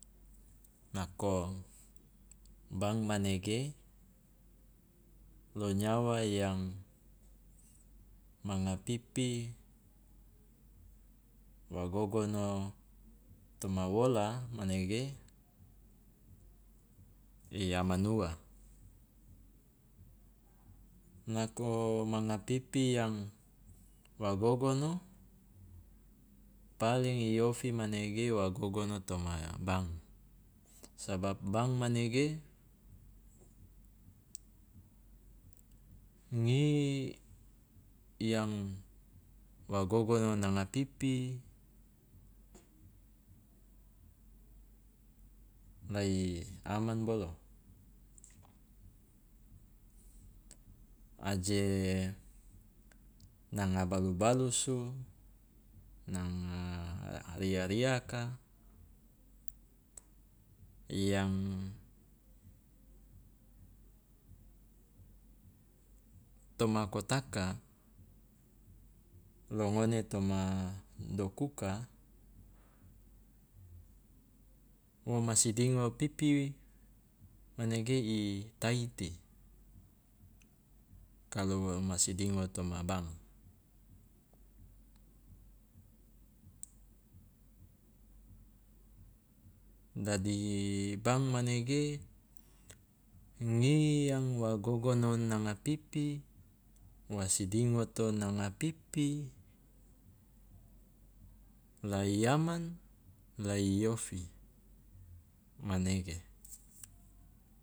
Nako bank manege lo nyawa yang manga pipi wa gogono toma wola manege i aman ua, nako manga pipi yang wa gogono paling i ofi manege wa gogono toma bank, sabab bank manege ngi yang wa gogono nanga pipi la i aman bolo, aje nanga balu balusu, nanga ria- riaka yang toma kotaka lo ngone toma dokuka wo ma sidingo pipi manege i taiti, kalu wo ma sidingo toma bank. Dadi bank manege ngi yang wa gogono nanga pipi wa sidingoto nanga pipi la i aman la i ofi, manege.